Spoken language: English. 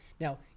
Now